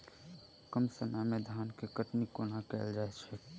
कम समय मे धान केँ कटनी कोना कैल जाय छै?